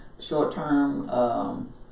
short-term